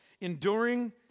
Enduring